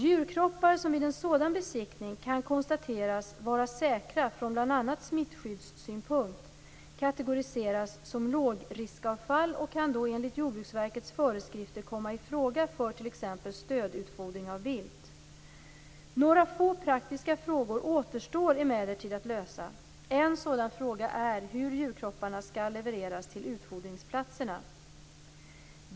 Djurkroppar som vid en sådan besiktning kan konstateras vara säkra från bl.a. smittskyddssynpunkt kategoriseras som lågriskavfall och kan då enligt Jordbruksverkets föreskrifter komma i fråga för t.ex. stödutfodring av vilt. Några få praktiska frågor återstår emellertid att lösa. En sådan fråga är hur djurkropparna skall levereras till utfodringsplatserna.